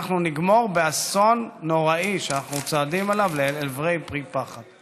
אנחנו נגמור באסון נוראי כשאנחנו צועדים אל עברי פי פחת.